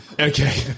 Okay